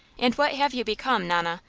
and what have you become, nonna,